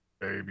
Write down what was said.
baby